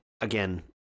again